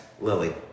lily